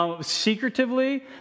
secretively